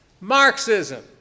marxism